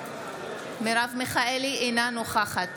נגד שלי טל מירון, אינה נוכחת